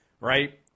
right